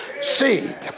seed